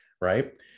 right